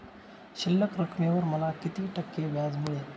शिल्लक रकमेवर मला किती टक्के व्याज मिळेल?